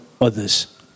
others